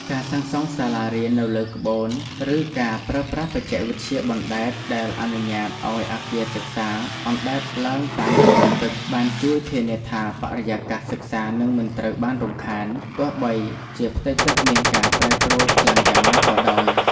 ការសាងសង់សាលារៀននៅលើក្បូន ឬការប្រើប្រាស់បច្ចេកវិទ្យាបណ្តែត ដែលអនុញ្ញាតឱ្យអគារសិក្សាអណ្តែតឡើងតាមកម្រិតទឹក បានជួយធានាថាបរិយាកាសសិក្សានឹងមិនត្រូវបានរំខាន ទោះបីជាផ្ទៃទឹកមានការប្រែប្រួលខ្លាំងយ៉ាងណាក៏ដោយ។